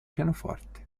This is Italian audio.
pianoforte